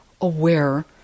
aware